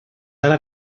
ara